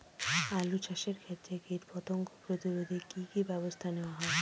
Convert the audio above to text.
আলু চাষের ক্ষত্রে কীটপতঙ্গ প্রতিরোধে কি কী ব্যবস্থা নেওয়া হয়?